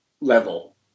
level